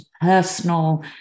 personal